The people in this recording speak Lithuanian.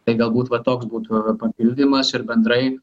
tai galbūt va toks būtų papildymas ir bendrai